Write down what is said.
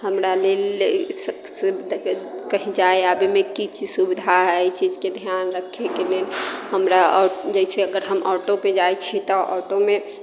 हमरा लेल कहीँ जाय अबयमे की की सुविधा हइ एहि चीजके ध्यान रखयके लेल हमरा आओर जैसे कि हम अगर ऑटोपर जाइत छी तऽ ऑटोमे